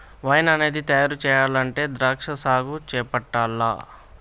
wine అనేది తయారు చెయ్యాలంటే ద్రాక్షా సాగు చేపట్టాల్ల